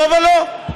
לא ולא,